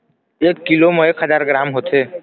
एक कीलो म एक हजार ग्राम होथे